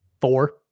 four